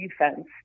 defense